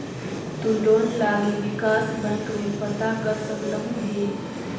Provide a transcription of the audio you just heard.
तु लोन लागी विकास बैंक में पता कर सकलहुं हे